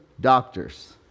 doctors